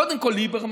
קודם כול ליברמן,